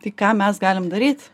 tai ką mes galim daryti